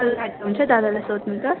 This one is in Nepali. कल राख्दा हुन्छ दादालाई सोध्नु त